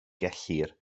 gellir